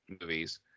movies